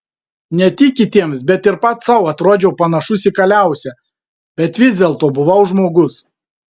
ne tik kitiems bet ir pats sau atrodžiau panašus į kaliausę bet vis dėlto buvau žmogus